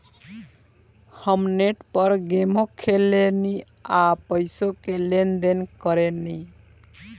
हम नेट पर गेमो खेलेनी आ पइसो के लेन देन करेनी